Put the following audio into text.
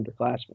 underclassmen